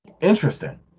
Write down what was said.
Interesting